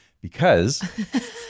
because-